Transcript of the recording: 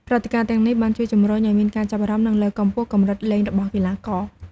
ព្រឹត្តិការណ៍ទាំងនេះបានជួយជំរុញឲ្យមានការចាប់អារម្មណ៍ និងលើកកម្ពស់កម្រិតលេងរបស់កីឡាករ។